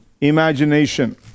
imagination